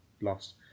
lost